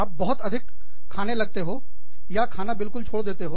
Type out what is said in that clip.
अब बहुत अधिक खाने लगते हो या खाना बिल्कुल छोड़ देते हो